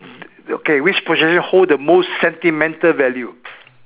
okay which possession hold the most sentimental value